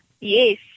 Yes